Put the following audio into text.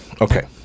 okay